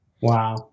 Wow